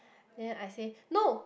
then I say no